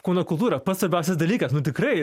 kūno kultūra pats svarbiausias dalykas nu tikrai